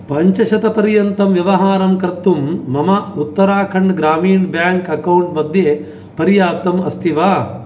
पञ्चशतपर्यन्तं व्यवहारं कर्तुं मम उत्तराखण्ड् ग्रामीण बेङ्क् अकौण्ट् मध्ये पर्याप्तम् अस्ति वा